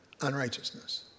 unrighteousness